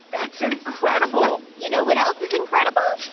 that's incredible you know what else is incredible?